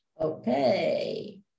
Okay